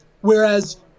whereas